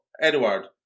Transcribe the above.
Edward